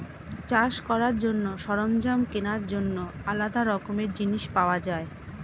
চাষ করার জন্য সরঞ্জাম কেনার জন্য আলাদা রকমের জিনিস পাওয়া যায়